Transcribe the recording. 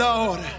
Lord